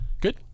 Good